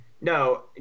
No